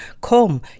Come